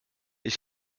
ich